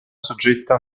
soggetta